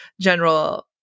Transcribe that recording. general